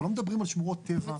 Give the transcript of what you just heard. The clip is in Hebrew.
אנחנו לא מדברים על שמורות טבע.